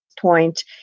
point